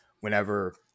whenever